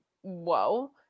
whoa